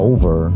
Over